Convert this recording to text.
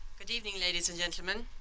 good evening, ladies and gentlemen.